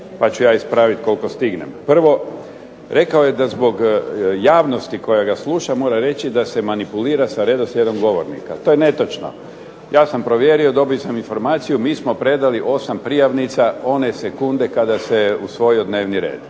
pa ću ja ispraviti koliko stignem. Prvo, rekao je da zbog javnosti koja ga sluša mora reći da se manipulira sa redoslijedom govornika. To je netočno. Ja sam provjerio, dobio sam informaciju, mi smo predali 8 prijavnica one sekunde kada se usvojio dnevni red.